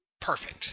perfect